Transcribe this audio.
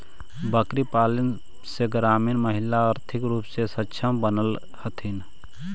बकरीपालन से ग्रामीण महिला आर्थिक रूप से सक्षम बनित हथीन